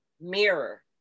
mirror